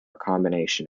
combination